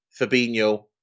Fabinho